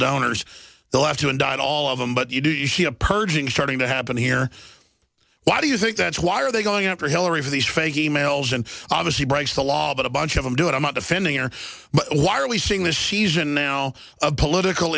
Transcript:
donors they'll have to indict all of them but you do you see a purging starting to happen here why do you think that's why are they going after hillary for these fake e mails and obviously breaks the law but a bunch of them do it i'm not defending or but why are we seeing this she's in now a political